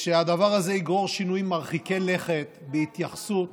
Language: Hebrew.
שהדבר הזה יגרור שינויים מרחיקי לכת בהתייחסות